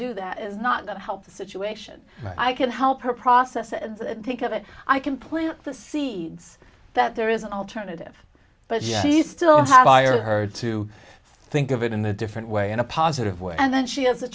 do that is not that help the situation i can help her process and think of it i can plant the seeds that there is an alternative but she still have hired her to think of it in a different way in a positive way and then she has a